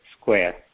square